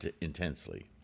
intensely